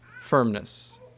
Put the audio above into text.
firmness